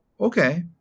okay